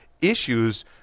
issues